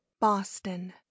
Boston